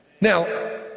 now